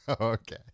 Okay